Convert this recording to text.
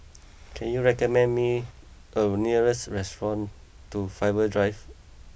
can you recommend me a nearest restaurant to Faber Drive